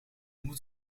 moet